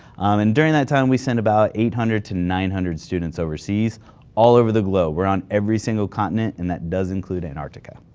and during that time, we send about eight hundred to nine hundred students overseas all over the globe. we're on every single continent and that does include antarctica.